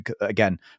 again